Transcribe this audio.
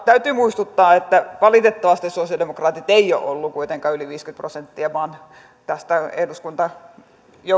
täytyy muistuttaa että valitettavasti sosialidemokraatit ei ole ollut kuitenkaan yli viisikymmentä prosenttia tästä eduskuntajoukosta